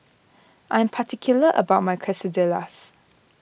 I am particular about my Quesadillas